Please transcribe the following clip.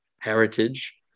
heritage